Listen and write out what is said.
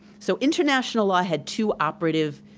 so international law had two operative